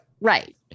right